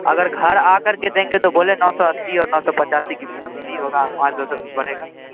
اگر گھر آ کر کے دیں گے تو بولے نو سو اسّی اور نو سو پچاسی کے بیچ وہی ہوگا پانچ دس پڑے گا